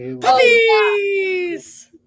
Please